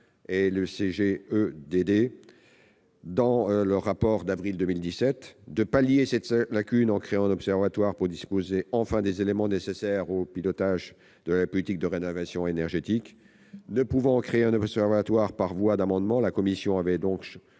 le CGEDD, dans leur rapport d'avril 2017, de pallier cette lacune en créant un observatoire pour disposer enfin des éléments nécessaires au pilotage de la politique de rénovation énergétique. Ne pouvant créer un observatoire par voie d'amendement, la commission avait donc